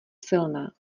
silná